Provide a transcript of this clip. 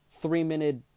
three-minute